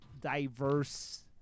diverse